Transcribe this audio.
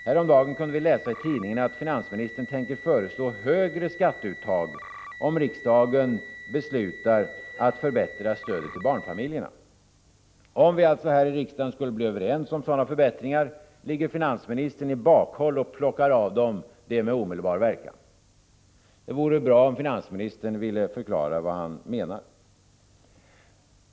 Häromdagen kunde vi läsa i tidningen att finansministern tänker föreslå högre skatteuttag om riksdagen beslutar att förbättra stödet till barnfamiljerna. Om vi här i riksdagen skulle bli överens om sådana förbättringar ligger finansministern i bakhåll och plockar av barnfamiljerna dem med omedelbar verkan. Det vore bra om finansministern ville förklara vad han menar.